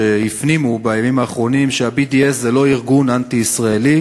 שהפנימו בימים האחרונים שה-BDS הוא לא ארגון אנטי-ישראלי